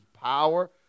power